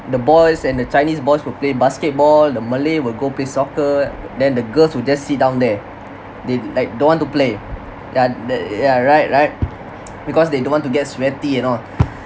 the boys and the chinese boys will play basketball the malay will go play soccer then the girls will just sit down there they like don't want to play ya they ya right right because they don't want to get sweaty and all